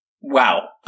Wow